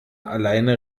alleine